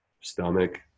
stomach